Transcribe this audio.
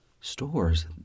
stores